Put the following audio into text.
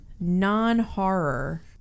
non-horror